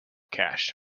cache